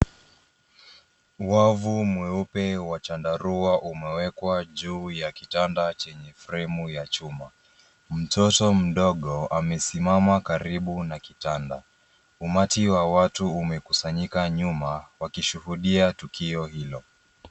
Wavu mweupe wa chandarua umewekwa juu ya kitanda chenye fremu ya chuma. Mtoto mdogo amesimama karibu na kitanda. Umati wa watu umekusanyika nyuma wakishuhudia tukio hilo.